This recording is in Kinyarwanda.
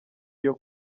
iyo